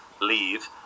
leave